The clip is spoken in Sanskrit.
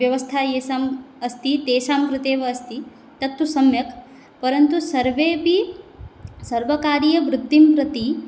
व्यवस्थां येषाम् अस्ति तेषां कृतेव अस्ति तत्तु सम्यक् परन्तु सर्वेऽपि सर्वकार्यवृत्तिं प्रति